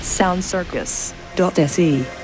Soundcircus.se